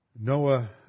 Noah